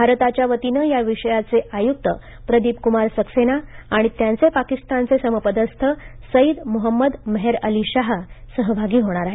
भारताच्यावतीनं या विषयाचे आयुक्त प्रदिप कुमार सक्सेना आणि त्यांचे पाकिस्तानचे समपदस्थ सईद मुहम्मद मेहेर अली शाह सहभागी होणार आहेत